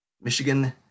Michigan